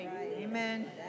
Amen